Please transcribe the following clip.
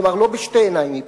כלומר לא בשתי העיניים היא פוזלת.